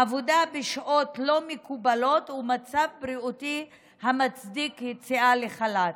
עבודה בשעות לא מקובלות ומצב בריאותי המצדיק יציאה לחל"ת.